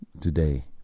today